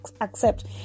accept